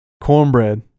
cornbread